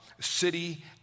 city